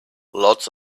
lots